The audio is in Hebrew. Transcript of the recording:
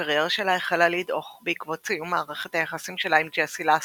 הקריירה שלה החלה לדעוך בעקבות סיום מערכת היחסים שלה עם ג'סי לסקי.